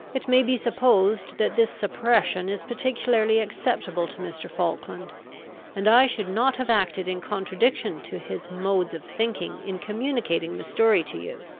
it may be supposed that this suppression is particularly acceptable to mr. falkland and i should not have acted in contradiction to his modes of thinking in communicating the story to you,